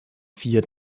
vier